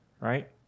right